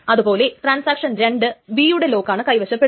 നേരത്തെ ഉണ്ടായിരുന്ന ട്രാൻസാക്ഷനുകൾക്ക് ഇതിനേക്കാൾ പ്രാധാന്യം കിട്ടും